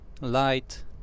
light